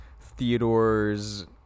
Theodore's